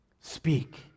speak